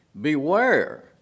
Beware